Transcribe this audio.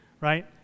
right